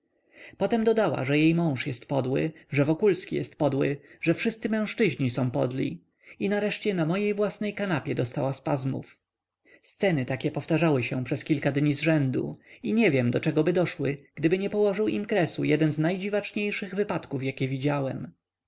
potem dodała że jej mąż jest podły że wokulski jest podły że wszyscy mężczyźni są podli i nareszcie na mojej własnej kanapie dostała spazmów sceny takie powtarzały się przez kilka dni zrzędu i nie wiem do czegoby doszły gdyby nie położył im kresu jeden z najdziwaczniejszych wypadków jakie widziałem